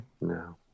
No